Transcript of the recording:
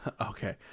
Okay